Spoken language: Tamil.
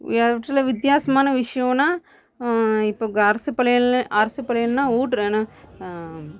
இவற்றிலும் வித்தியாசமான விஷயனா இப்போ அரசு பள்ளிகள் அரசு பள்ளிகள்னால்